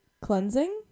cleansing